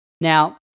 now